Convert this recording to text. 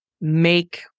make